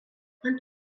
ant